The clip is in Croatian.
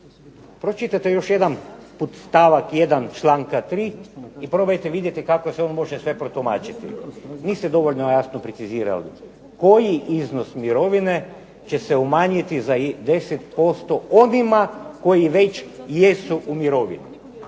Pročitajte još jedanput stavak 1. članka 3. i probajte vidjeti kako se on može sve protumačiti. Niste dovoljno jasno precizirali koji iznos mirovine će se umanjiti za 10% onima koji već jesu u mirovini.